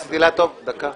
אילטוב, דקה.